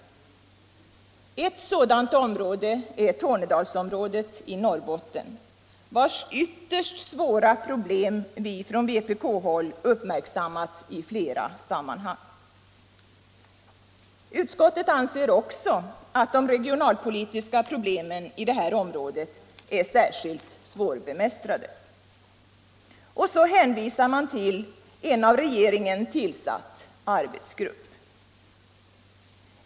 Ett sådant är Tornedalsområdet i Norrbotten, vars ytterst svåra problem vi från vpk-håll uppmärksammat i flera sammanhang. Utskottet anser också att de regionalpolitiska problemen i det här området är särskilt svårbemästrade, och så hänvisar man till en av regeringen tillsatt arbetsgrupp.